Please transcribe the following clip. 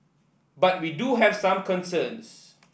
but we do have some concerns